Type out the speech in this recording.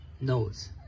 knows